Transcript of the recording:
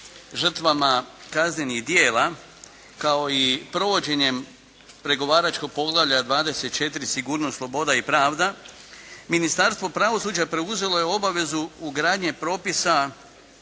žrtvama kaznenih djela kao i provođenjem pregovaračkog poglavlja 24.-Sigurnost, sloboda i pravda, Ministarstvo pravosuđa preuzelo je obavezu ugradnje propisa